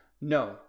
No